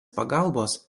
pagalbos